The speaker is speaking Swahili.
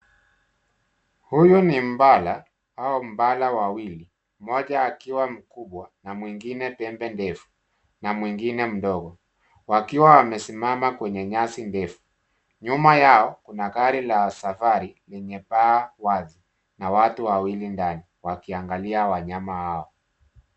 Huyu ni mbala au mbala wawili, mmoja akiwa mkubwa na mwingine pembe ndefu na mwingine mdogo. Wakiwa wamesimama kwenye nyasi ndefu. Nyuma yao kuna gari la safari, lenye paa wazi na watu wawili ndani wakiangalia wanyama hao.